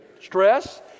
stress